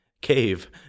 cave